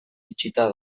itxita